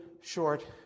short